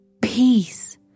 Peace